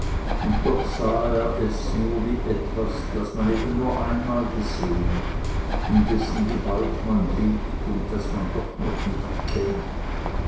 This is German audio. und doch sah er es nur wie etwas das man eben nur einmal gesehen in dessen gewalt man liegt und das man doch noch nicht kennt